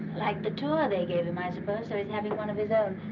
liked the tour they gave him, i suppose, so he's having one of his own.